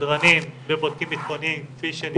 סדרנים ובודקים בטחוניים כפי שנקבע.